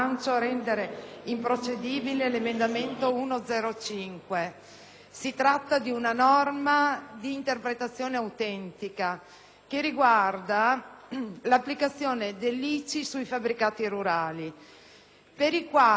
Si tratta di una norma d'interpretazione autentica che riguarda l'applicazione dell'ICI sui fabbricati rurali, per i quali l'imposta comunale sugli immobili